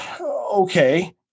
Okay